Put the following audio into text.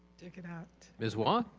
take it out. ms. wah?